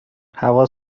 هوا